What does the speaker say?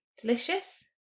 delicious